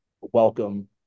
welcome